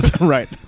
right